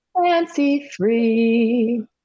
fancy-free